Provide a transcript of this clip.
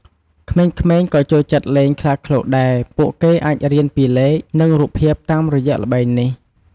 ក្មេងៗក៏ចូលចិត្តលេងខ្លាឃ្លោកដែរពួកគេអាចរៀនពីលេខ និងរូបភាពតាមរយៈល្បែងនេះ។